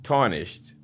Tarnished